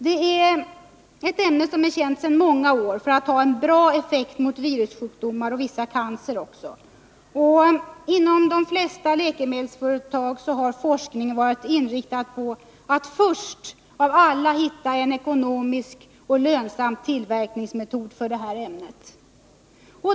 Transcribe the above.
Detta ämne är sedan många år tillbaka känt för att ha en god effekt mot virussjukdomar och vissa cancerformer. Inom de flesta läkemedelsföretag har forskarna varit inriktade på att först av alla hitta en ekonomisk och lönsam tillverkningsmetod för 103 ämnet.